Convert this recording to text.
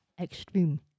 extreme